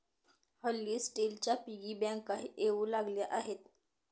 हल्ली स्टीलच्या पिगी बँकाही येऊ लागल्या आहेत